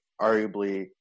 arguably